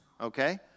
Okay